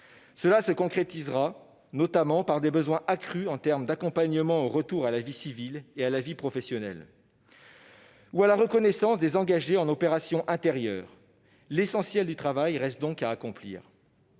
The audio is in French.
Cela se concrétisera notamment par des besoins accrus en termes d'accompagnement au retour à la vie civile et à la vie professionnelle, ou par la reconnaissance des engagés en opérations intérieures. L'essentiel du travail reste donc à accomplir.